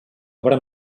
obra